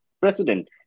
president